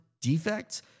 defects